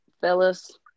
fellas